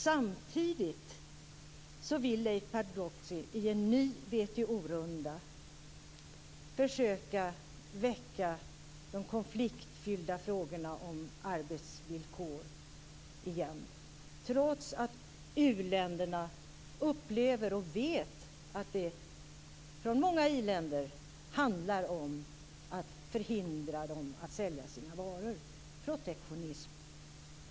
Samtidigt vill Leif Pagrotsky i en ny WTO-runda försöka att väcka de konfliktfyllda frågorna om arbetsvillkor igen, trots att uländerna upplever och vet att det för många i-länder handlar om att förhindra dem från att sälja sina varor - protektionism.